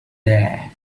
there